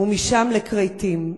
ומשם לכרתים.